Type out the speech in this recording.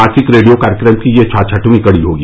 मासिक रेडियो कार्यक्रम की यह छाछठवीं कड़ी होगी